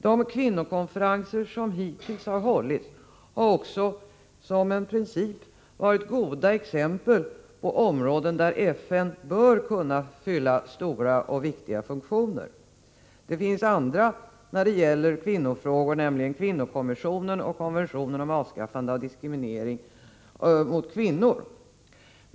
De kvinnokonferenser som hittills har hållits har också som princip varit goda exempel på områden där FN bör kunna fylla stora och viktiga funktioner. Det finns andra när det gäller kvinnofrågor, nämligen kvinnokommissionen och konventionen om avskaffande av diskriminering mot kvinnor.